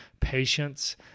patience